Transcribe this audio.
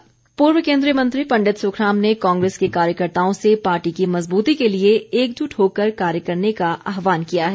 सुखराम पूर्व केन्द्रीय मंत्री पंडित सुखराम ने कांग्रेस के कार्यकर्ताओं से पार्टी की मज़बूती के लिए एकजुट होकर कार्य करने का आह्वान किया है